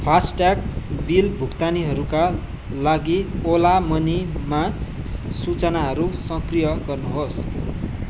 FASTag bill भुक्तानीहरूका लागि Ola मनीमा सूचनाहरू सक्रिय गर्नुहोस्